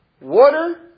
Water